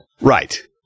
Right